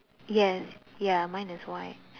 yes ya mine is white